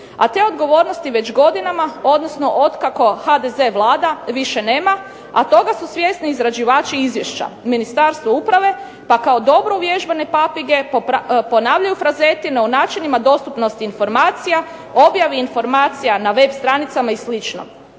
A te odgovornosti već godinama odnosno otkako HDZ vlada više nema, a toga su svjesni izrađivači izvješća Ministarstvo uprave pa kao dobro uvježbane papige ponavljaju frazetine o načinima dostupnosti informacija, objavi informacija na web stranicama i